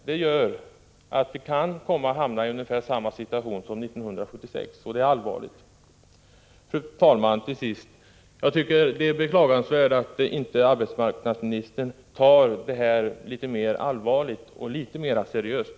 Det gör att vi kan komma att hamna i ungefär samma situation som 1976, och det är allvarligt. Fru talman! Det är beklagansvärt att arbetsmarknadsministern inte tar litet mera seriöst på dessa frågor.